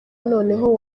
noneho